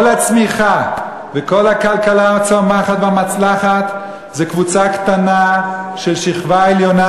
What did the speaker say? כל הצמיחה וכל הכלכלה הצומחת והמוצלחת זה של קבוצה קטנה של שכבה עליונה,